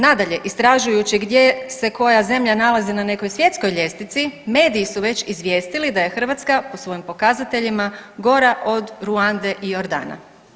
Nadalje, istražujući gdje se koja zemlja nalazi na nekoj svjetskoj ljestvici mediji su već izvijestili da je Hrvatska po svojim pokazateljima gora od Ruande i Jordana.